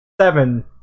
Seven